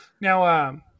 Now